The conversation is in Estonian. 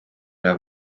elav